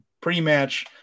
pre-match